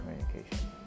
communication